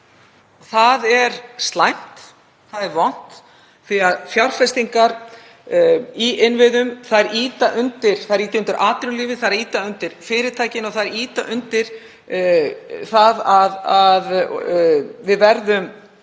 Það er slæmt. Það er vont því að fjárfestingar í innviðum ýta undir atvinnulífið, þær ýta undir fyrirtækin og þær ýta undir það að við verðum